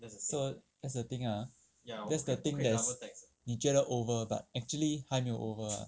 so that's the thing ah thats the thing that's 你觉得 over but actually 还没有 over ah